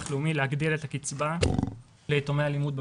לאומי להגדיל את הקיצבה ליתומי אלימות במשפחה.